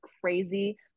crazy